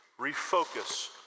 refocus